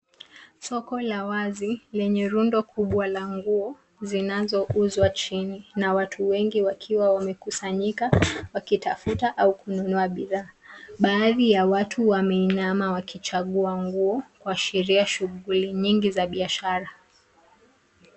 Soko la wazi lenye rundo kubwa la nguo zinazouzwa chini na watu wengi wakiwa wamekusanyika wakitafuta au kununua bidhaa. Baadhi ya watu wameinama wakichagua nguo kuashiria shughuli nyingi za biashara.